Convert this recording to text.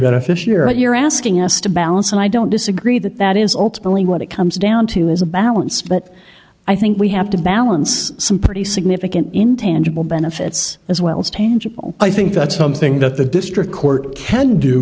beneficiary you're asking us to balance and i don't disagree that that is ultimately what it comes down to is a balance but i think we have to balance some pretty significant intangible benefits as well as tangible i think that's something that the district court can do